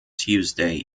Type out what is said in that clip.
tuesday